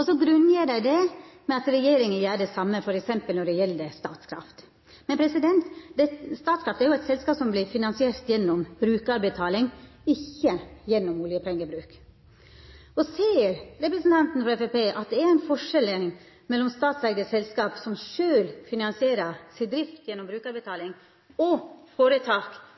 Så grunngjev dei det med at regjeringa gjer det same f.eks. når det gjeld Statkraft. Men Statkraft er jo eit selskap som vert finansiert gjennom brukarbetaling, ikkje gjennom oljepengebruk. No seier representanten frå Framstegspartiet at det er ein forskjell mellom statseigde selskap som sjølve finansierer drifta si gjennom brukarbetaling, og føretak